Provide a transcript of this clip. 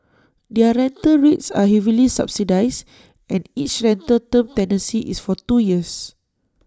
their rental rates are heavily subsidised and each rental term tenancy is for two years